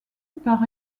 par